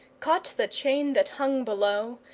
caught the chain that hung below,